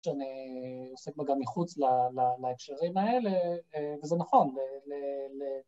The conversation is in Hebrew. ‫שאני עוסק בה גם מחוץ להקשרים האלה, ‫וזה נכון.